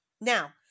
Now